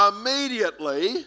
immediately